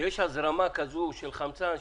שיש הזרמה כזאת של חמצן,